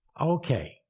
Okay